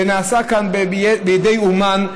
ונעשה כאן בידי אומן,